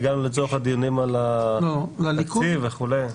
הגענו לצורך הדיונים על התקציב וכו'.